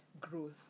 growth